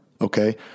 Okay